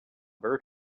bird